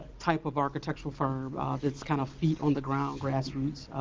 type of architectural firm that's kind of feet on the ground grassroots.